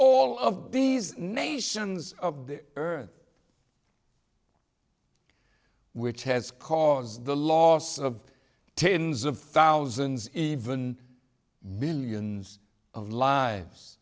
all of these nations of the earth which has caused the loss of tens of thousands even billions of lives